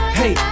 hey